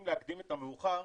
אם להקדים את המאוחר,